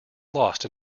lost